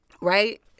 right